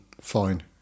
fine